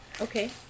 Okay